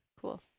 Cool